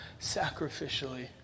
sacrificially